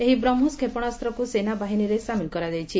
ଏହି ବ୍ରହ୍କୋସ କ୍ଷେପଣାସ୍ସକୁ ସେନା ବାହିନୀରେ ସାମିଲ କରାଯାଇଛି